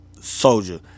Soldier